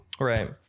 Right